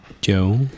Joe